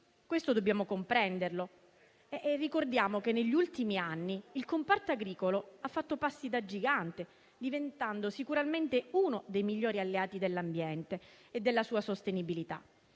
Questo dobbiamo comprenderlo e ricordiamo che negli ultimi anni il comparto agricolo ha fatto passi da gigante, diventando sicuramente uno dei migliori alleati dell'ambiente e della sua sostenibilità.